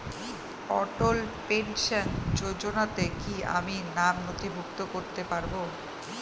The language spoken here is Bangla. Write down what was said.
অটল পেনশন যোজনাতে কি আমি নাম নথিভুক্ত করতে পারবো?